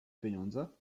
pieniądze